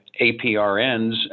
APRNs